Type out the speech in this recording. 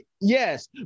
Yes